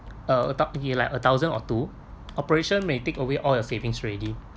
like a thousand or two operation may take away all your savings already